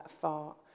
far